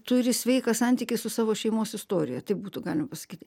turi sveiką santykį su savo šeimos istorija taip būtų galima pasakyti